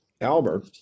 Albert